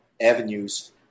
avenues